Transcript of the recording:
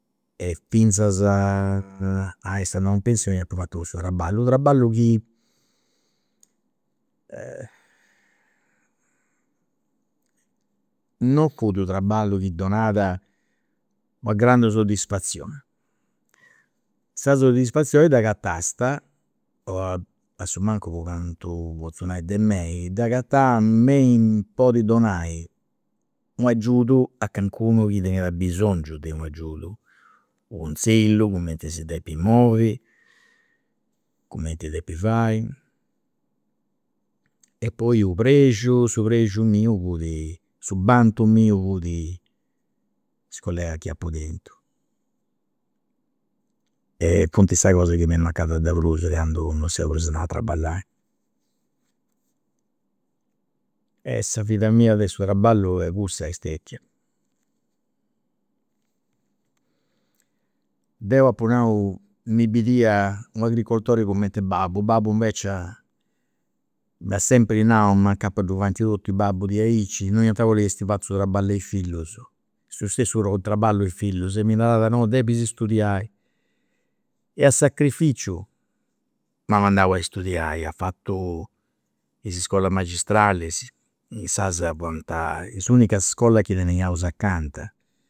E finzas a essi andau in penzioni apu fatu cussu traballu, unu traballu chi non cuddu traballu chi donat una grandu soddisfazioni, sa soddisfazioni dd'agatast, o assumancus po cantu potzu nai de mei, dd'agatà me i podi donai u' agiudu a calincunu chi teniat abisongiu de u'agiudu, u' consillu, cumenti si depit moviri, cumenti depit fai. E poi u' prexiu, su prexiu miu fut, su bantu miu fut is collegas chi apu tentu. E funt sa cosa chi m'est mancat de prus de candu non seu prus andau a traballai. E sa vida mia de su traballu cuss est stetia. deu apu nau mi bidia u' agricoltori cumenti a babbu, babbu invecias m'at sempri nau, ma incapas ddu faint totus i' babbus diaici, non iant bolli chi essent fatu su traballu de is fillus, su stessu traballu is fillus, e mi narat no, depis studiai, e a sacrificiu m'at mandau a studiai, apu fatu is iscolas magistralis, insaras fuant s'unica iscola chi teniaus acanta